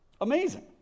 Amazing